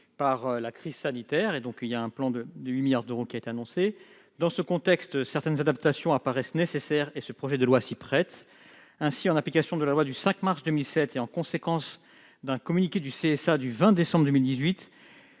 par la crise sanitaire, d'où ce plan de 8 milliards d'euros annoncé. Dans ce contexte, certaines adaptations paraissent nécessaires, et ce projet de loi s'y prête. Ainsi, en application de la loi du 5 mars 2007 et en conséquence d'un communiqué du CSA du 20 décembre 2018,